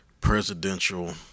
presidential